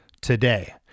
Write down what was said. Today